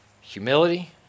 humility